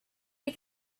you